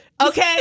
Okay